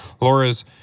Laura's